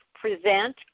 present